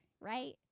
right